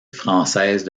française